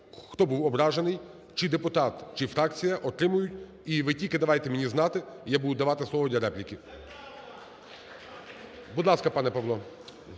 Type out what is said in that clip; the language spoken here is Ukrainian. хто був ображений: чи депутат, чи фракція, отримують. І ви тільки давайте мені знати, я буду давати слово для репліки. Будь ласка, пане Павло.